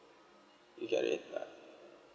you get it yeah